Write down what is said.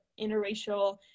interracial